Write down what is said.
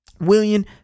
William